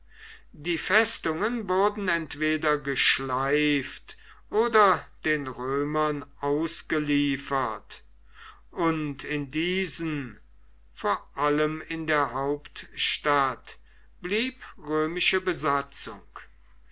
die festungen wurden entweder geschleift oder den römern ausgeliefert und in diesen vor allem in der hauptstadt blieb römische besatzung